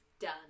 done